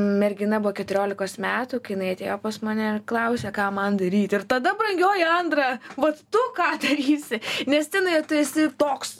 mergina buvo keturiolikos metų kai jinai atėjo pas mane ir klausia ką man daryt ir tada brangioji andra vat tu ką darysi nes scenoje tu esi toks